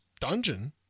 dungeon